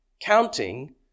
counting